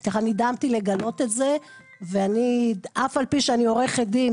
נדהמתי לגלות את זה ואף על פי שאני עורכת דין,